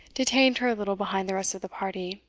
detained her a little behind the rest of the party.